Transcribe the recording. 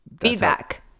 Feedback